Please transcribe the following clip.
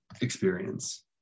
experience